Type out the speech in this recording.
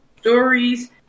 stories